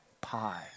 pie